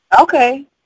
Okay